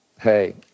Hey